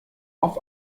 auf